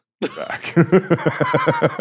back